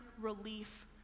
relief